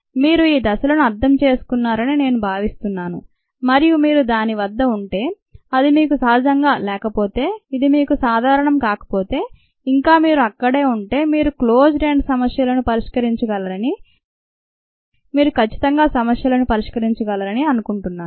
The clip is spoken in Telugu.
మీరు ఈ దశలను అర్థం చేసుకున్నారని నేను భావిస్తున్నాను మరియు మీరు దాని వద్ద ఉంటే అది మీకు సహజంగా లేకపోతే మరియు ఇది మీకు సాదారణం కాకపోతే ఇంకా మీరు అక్కడే ఉంటే మీరు క్లోజ్డ్ ఎండ్ సమస్యలను పరిష్కరించగలరని మీరు ఖచ్చితంగా సమస్యలను పరిష్కరించగలరని అనుకుంటున్నాను